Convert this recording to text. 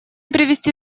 привести